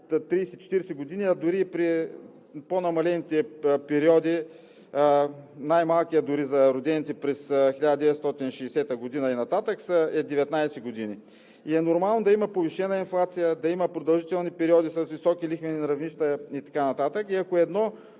30 – 40 години, дори при по-намалените периоди – най-малкият е за родените през 1960 г. и нататък – 19 години, е нормално да има повишена инфлация, да има продължителни периоди с високи лихвени равнища и така нататък. Ако едно